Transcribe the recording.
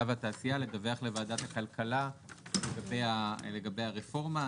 והתעשייה לדווח לוועדת הכלכלה לגבי הרפורמה.